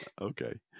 okay